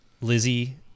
Lizzie